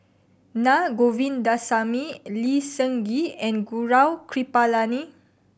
Na Govindasamy Lee Seng Gee and Gaurav Kripalani